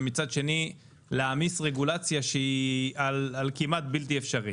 ומצד שני להעמיס רגולציה שהיא כמעט בלתי אפשרית.